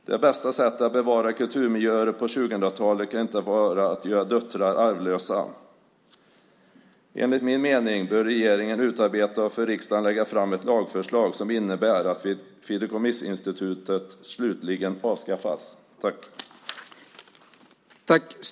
Det bästa sättet att på 2000-talet bevara kulturmiljöer kan inte vara att göra döttrar arvlösa. Enligt min mening bör regeringen utarbeta och för riksdagen lägga fram ett lagförslag som innebär att fideikommissinstitutet slutligt avskaffas.